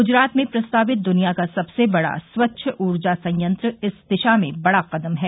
गुजरात में प्रस्तावित दनिया का सबसे बड़ा स्वच्छ ऊर्जा संयंत्र इस दिशा में बड़ा कदम है